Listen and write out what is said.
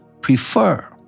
prefer